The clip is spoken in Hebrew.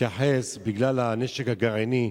שהתייחס לנשק הגרעיני.